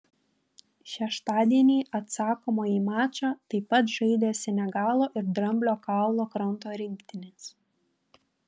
šeštadienį atsakomąjį mačą taip pat žaidė senegalo ir dramblio kaulo kranto rinktinės